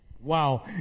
Wow